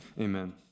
Amen